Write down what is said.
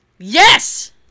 Yes